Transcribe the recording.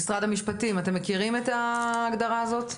משרד המשפטים, אתם מכירים את ההגדרה הזאת?